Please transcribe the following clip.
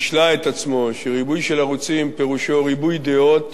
והשלה את עצמו שריבוי של ערוצים פירושו ריבוי דעות,